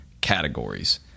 categories